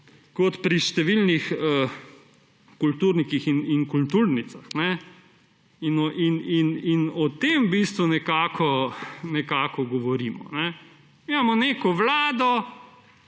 kot pri številnih kulturnikih in kulturnicah. O tem v bistvu govorimo. Mi imamo neko vlado,